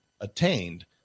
attained